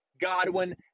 Godwin